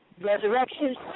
resurrection